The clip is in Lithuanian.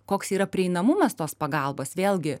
koks yra prieinamumas tos pagalbos vėlgi